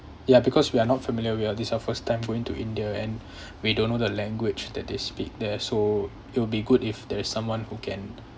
ya because we are not familiar we are this our first time going to india and we don't know the language that they speak there so it will be good if there is someone who can